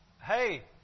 hey